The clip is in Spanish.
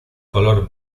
color